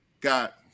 got